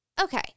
Okay